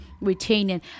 retaining